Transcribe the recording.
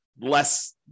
less